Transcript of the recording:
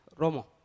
romo